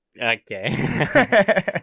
Okay